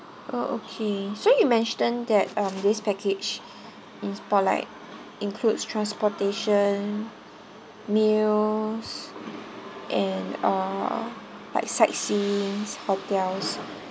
oh okay so you mentioned that um this package is for like includes transportation meals and uh sightseeing hotel